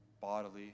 bodily